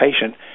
patient